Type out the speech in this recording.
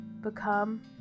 become